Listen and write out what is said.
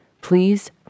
please